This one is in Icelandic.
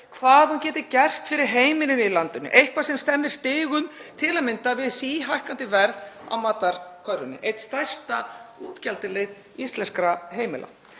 hvað hún geti gert fyrir heimilin í landinu, eitthvað sem stemmir stigu til að mynda við síhækkandi verði á matarkörfunni, einum stærsta útgjaldalið íslenskra heimila.